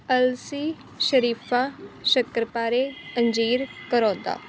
ਅਲਸੀ ਸ਼ਰੀਫਾ ਸ਼ੱਕਰਪਾਰੇ ਅੰਜੀਰ ਕਰੋਤਾ